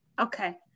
okay